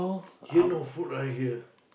here no food right here